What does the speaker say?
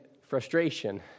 frustration